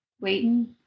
waiting